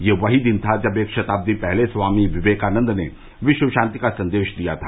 यह वही दिन था जब एक शताब्दी पहले स्वामी विवेकानंद ने विश्व शांति का संदेश दिया था